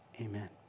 amen